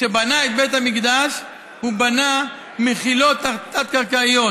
כשבנה את בית המקדש הוא בנה מחילות תת-קרקעיות,